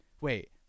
wait